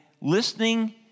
listening